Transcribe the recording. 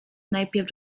najpierw